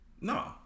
No